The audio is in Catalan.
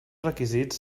requisits